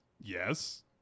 Yes